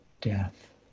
death